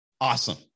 awesome